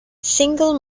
single